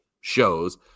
shows